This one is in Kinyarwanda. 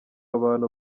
abantu